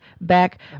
back